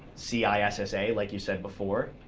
c i s s a, like you said before,